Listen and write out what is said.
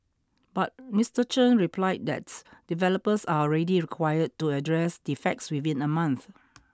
but Mister Chen replied that developers are already required to address defects within a month